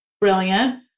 Brilliant